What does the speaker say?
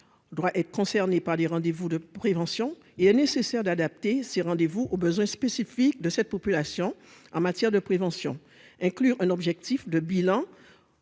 doit être concerné par les rendez-vous de prévention et est nécessaire d'adapter ses rendez-vous aux besoins spécifiques de cette population en matière de prévention inclure un objectif de bilan